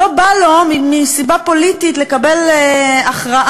לא בא לו, מסיבה פוליטית, לקבל הכרעה,